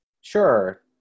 Sure